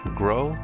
grow